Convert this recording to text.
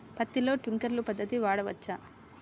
పత్తిలో ట్వింక్లర్ పద్ధతి వాడవచ్చా?